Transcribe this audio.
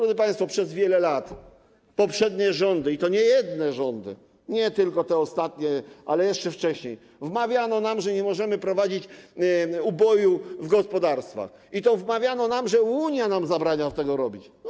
Drodzy państwo, przez wiele lat poprzednie rządy, i to nie jedne rządy, nie tylko te ostatnie, ale jeszcze wcześniej, wmawiały nam, że nie możemy prowadzić uboju w gospodarstwach, i to wmawiały nam, że to Unia zabrania nam robienia tego.